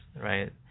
right